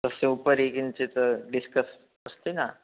तस्य उपरि किञ्चित् डिस्कस् अस्ति न